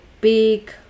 big